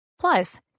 Plus